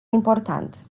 important